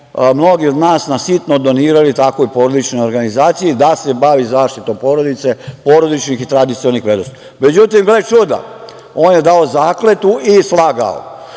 mnogi od nas, na sitno donirali takvoj porodičnoj organizaciji da se bavi zaštitom porodice, porodičnih i tradicionalnih vrednosti.Međutim, gle čuda. On je dao zakletvu i slagao.